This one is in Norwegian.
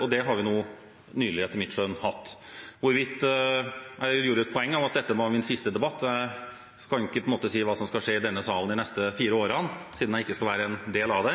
og det har vi nå nylig etter mitt skjønn hatt. Jeg gjorde et poeng av at dette var min siste debatt. Jeg kan ikke si hva som skal skje i denne salen i de neste fire årene, siden jeg ikke skal være en del av det,